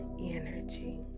energy